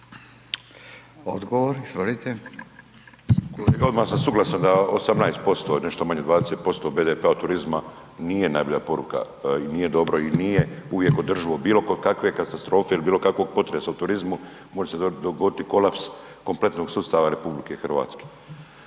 Miro (MOST)** I odmah sam suglasan da 18% nešto manje od 20% BDP-a od turizma nije najbolja poruka i nije dobro i nije uvijek održivo bilo kod kakve katastrofe il bilo kakvog potresa u turizmu može se dogoditi kolaps kompletnog sustava RH.